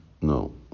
no